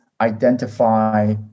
identify